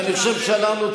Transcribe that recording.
אני שואל אותך,